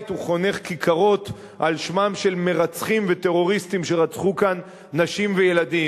הוא חונך כיכרות על שמם של מרצחים וטרוריסטים שרצחו כאן נשים וילדים.